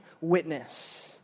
witness